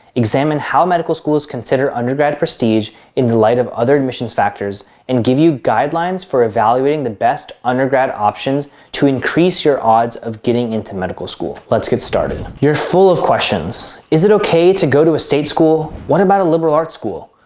examine how medical schools consider undergrad prestige in the light of other admissions factors and give you guidelines for evaluating the best undergrad options to increase your odds of getting into medical school. let's get started. you're full of questions. is it okay to go to a state school? what about a liberal arts school?